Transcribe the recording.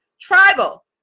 tribal